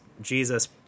jesus